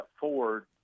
forward